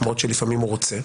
למרות שלפעמים הוא רוצה.